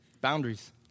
Boundaries